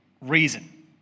reason